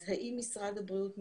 אז האם משרד הבריאות מתכונן?